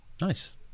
nice